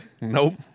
Nope